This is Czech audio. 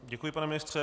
Děkuji, pane ministře.